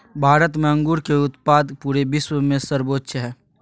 भारत में अंगूर के उत्पाद पूरे विश्व में सर्वोच्च हइ